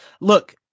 Look